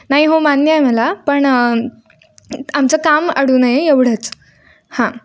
नाही हो मान्य आहे मला पण आमचं काम अडू नये एवढंच हां